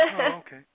okay